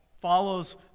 follows